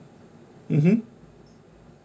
mm hmm